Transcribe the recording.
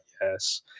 yes